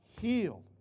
healed